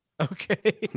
Okay